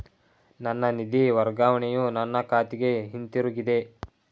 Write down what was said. ನನ್ನ ನಿಧಿ ವರ್ಗಾವಣೆಯು ನನ್ನ ಖಾತೆಗೆ ಹಿಂತಿರುಗಿದೆ